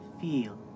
feel